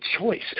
choice